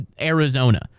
Arizona